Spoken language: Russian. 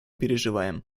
переживаем